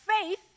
faith